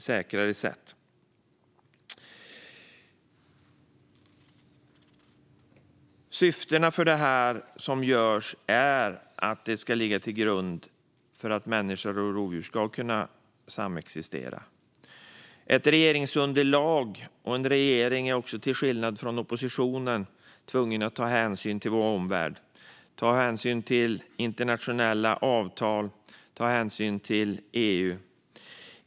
Syftet med det som görs är att människor och rovdjur ska kunna samexistera. En regering är också till skillnad från oppositionen tvungen att ta hänsyn till omvärlden i form av internationella avtal och EU.